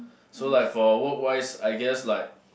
so like for work wise I guessed like